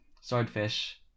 swordfish